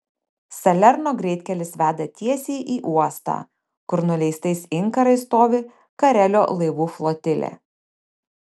salerno greitkelis veda tiesiai į uostą kur nuleistais inkarais stovi karelio laivų flotilė